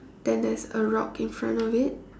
then there's a rock in front of it